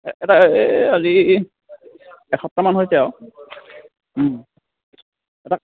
এটা এই আজি এসপ্তাহমান হৈছে আৰু এটা